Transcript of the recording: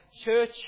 church